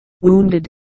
wounded